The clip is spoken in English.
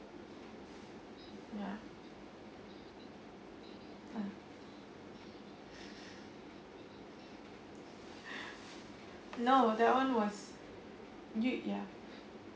ya ya no that one was you ya